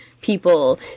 people